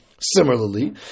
Similarly